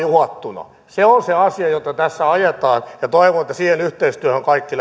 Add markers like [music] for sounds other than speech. [unintelligible] uhattuna se on se asia jota tässä ajetaan ja toivon että siihen yhteistyöhön kaikki [unintelligible]